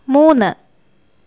മൂന്ന്